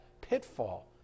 pitfall